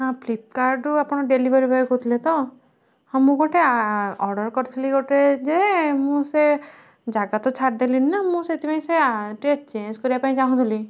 ହଁ ଫ୍ଲିପକାର୍ଟରୁ ଆପଣ ଡେଲିଭରି ବୟ କହୁଥିଲେ ତ ହଁ ମୁଁ ଗୋଟେ ଅର୍ଡ଼ର କରିଥିଲି ଗୋଟେ ଯେ ମୁଁ ସେ ଜାଗା ତ ଛାଡ଼ି ଦେଲିଣିନା ମୁଁ ସେଥିପାଇଁ ସେ ଟିକେ ଚେଞ୍ଜ କରିବାକୁ ଚାହୁଁଥିଲି